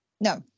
No